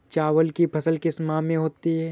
चावल की फसल किस माह में होती है?